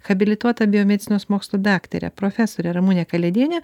habilituota biomedicinos mokslų daktare profesore ramune kalėdiene